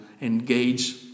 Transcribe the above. engage